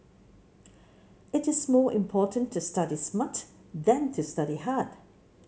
it is more important to study smart than to study hard